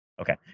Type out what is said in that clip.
Okay